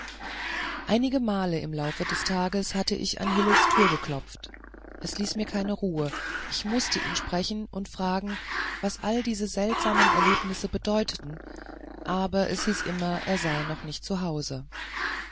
einige male im laufe des tages hatte ich an hillels türe geklopft es ließ mir keine ruhe ich mußte ihn sprechen und fragen was alle diese seltsamen erlebnisse bedeuteten aber immer hieß es er sei noch nicht